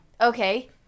Okay